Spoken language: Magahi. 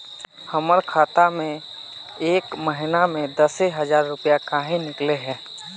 हमर खाता में एक महीना में दसे हजार रुपया काहे निकले है?